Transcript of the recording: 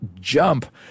jump